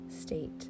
state